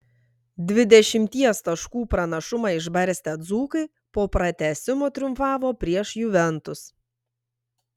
dvidešimties taškų pranašumą išbarstę dzūkai po pratęsimo triumfavo prieš juventus